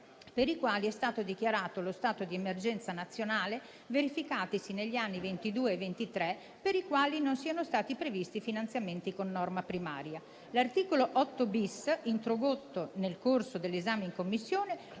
per i quali è stato dichiarato lo stato d'emergenza nazionale, verificatisi negli anni 2022 e 2023, per i quali non siano stati previsti finanziamenti con norma primaria. L'articolo 8-*bis*, introdotto nel corso dell'esame in Commissione,